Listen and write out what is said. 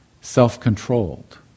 Self-controlled